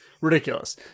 Ridiculous